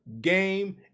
game